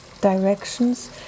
directions